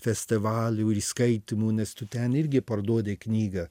festivalių į skaitymų nes tu ten irgi parduodi knygą